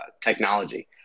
technology